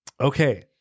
okay